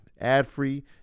ad-free